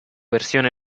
versión